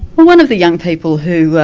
one of the young people who i